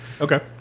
okay